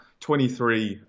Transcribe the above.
23